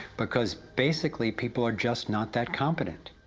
because basicly people are just not that competent.